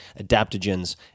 adaptogens